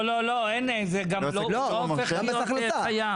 זה גם לא הופך להיות חייב.